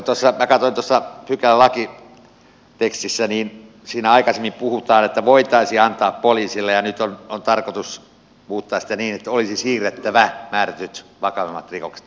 tuossa pykälän lakitekstissä aikaisemmin puhutaan että voitaisiin antaa poliisille ja nyt on tarkoitus muuttaa sitä niin että olisi siirrettävä määrätyt vakavammat rikokset